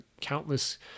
countless